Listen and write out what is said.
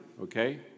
okay